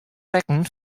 rekken